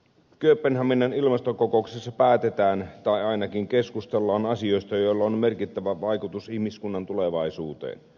kööpenhaminan ilmastokokouksessa päätetään tai ainakin keskustellaan asioista joilla on merkittävä vaikutus ihmiskunnan tulevaisuuteen